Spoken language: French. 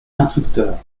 instructeurs